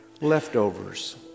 leftovers